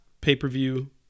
pay-per-view